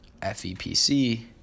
fepc